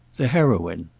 the heroine.